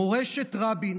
מורשת רבין